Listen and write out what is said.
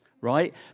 right